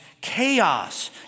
chaos